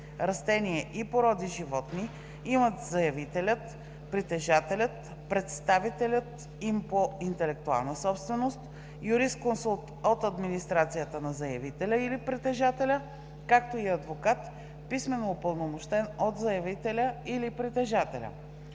растения и породи животни имат заявителят, притежателят, представителят им по интелектуална собственост, юрисконсулт от администрацията на заявителя или притежателя, както и адвокат, писмено упълномощен от заявителя или притежателя.